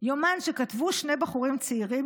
יומן שכתבו שני בחורים צעירים,